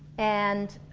and